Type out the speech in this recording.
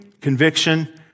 conviction